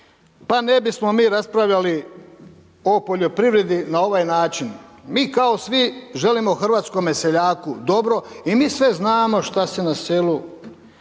pa ne bismo mi raspravljali o poljoprivredi na ovaj način. Mi kao svi želimo hrvatskome seljaku dobro i mi sve znamo šta se na selu